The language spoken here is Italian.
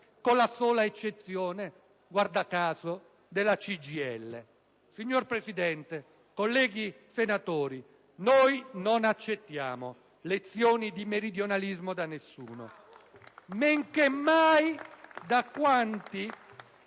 con la sola eccezione, guarda caso, della CGIL. Signor Presidente, colleghi senatori, noi non accettiamo lezioni di meridionalismo da nessuno *(Applausi dal